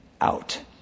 out